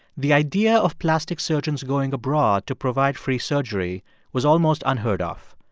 the idea of plastic surgeons going abroad to provide free surgery was almost unheard off.